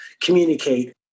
communicate